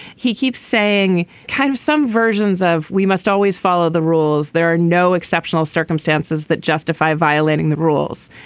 he keeps saying kind of some versions of. we must always follow the rules. there are no exceptional circumstances that justify violating the rules.